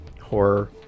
horror